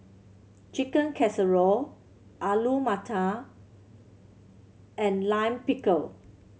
Chicken Casserole Alu Matar and Lime Pickle